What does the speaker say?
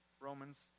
Romans